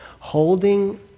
holding